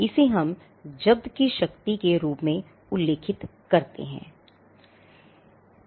इसे हम जब्त की शक्ति के रूप में उल्लेखित करते हैं